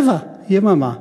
רבע יממה